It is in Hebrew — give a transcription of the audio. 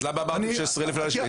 אז למה אמרתם שיהיו 16,000 אנשים?